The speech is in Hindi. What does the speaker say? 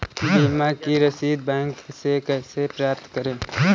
बीमा की रसीद बैंक से कैसे प्राप्त करें?